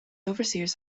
overseers